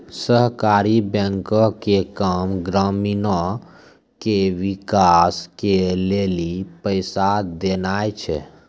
सहकारी बैंको के काम ग्रामीणो के विकास के लेली पैसा देनाय छै